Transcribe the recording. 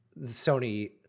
Sony